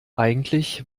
eigentlich